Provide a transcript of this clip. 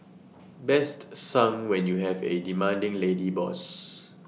best sung when you have A demanding lady boss